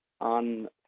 on